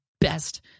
best